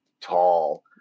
tall